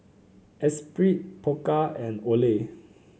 Espirit Pokka and Olay